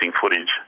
footage